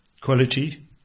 quality